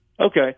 Okay